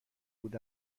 بود